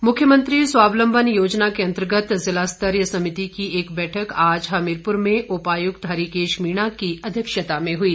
बैठक मुख्यमंत्री स्वावलंबन योजना के अंतर्गत जिला स्तरीय समिति की एक बैठक आज हमीरपुर में उपायुक्त हरिकेश मीणा की अध्यक्षता में हुई